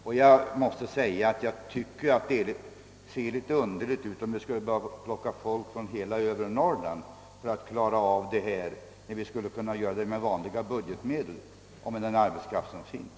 För övrigt tycker jag att det skulle se litet underligt ut, om man skulle börja plocka folk från hela övre Norrland för att klara detta lilla arbete, vid Röbäcksdalen, när man kan göra det för vanliga budgetmedel med den arbetskraft som finns.